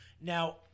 Now